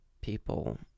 people